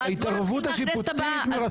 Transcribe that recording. ההתערבות השיפוטית מרסקת.